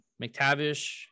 McTavish